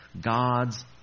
God's